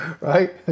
Right